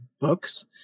books